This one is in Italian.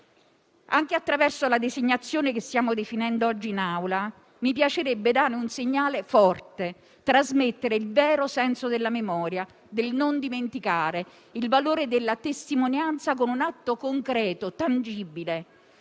Anche attraverso la designazione che stiamo definendo oggi in Aula mi piacerebbe dare un segnale forte, trasmettere il vero senso della memoria e del non dimenticare, nonché il valore della testimonianza con un atto concreto e tangibile.